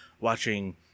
watching